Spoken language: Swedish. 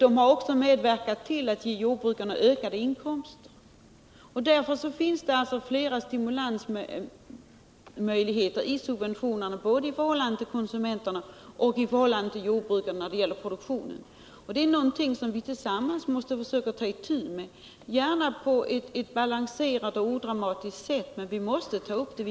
De har också medverkat till att ge jordbrukarna ökade inkomster. Subventionerna ger alltså stimulans både i förhållande till konsumenterna och i förhållande till jordbrukarna när det gäller produktion. Det är någonting vi tillsammans måste försöka ta itu med, gärna på ett balanserat och odramatiskt sätt, men vi måste ta upp det.